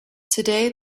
today